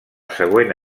següent